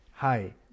Hi